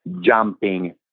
jumping